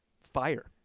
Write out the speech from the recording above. Fire